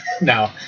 No